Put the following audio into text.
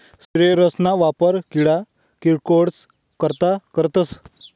sprayers ना वापर किडा किरकोडस करता करतस